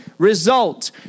Result